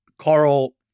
Carl